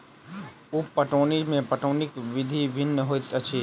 उप पटौनी मे पटौनीक विधि भिन्न होइत अछि